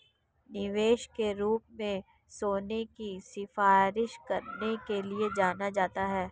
निवेश के रूप में सोने की सिफारिश करने के लिए जाना जाता है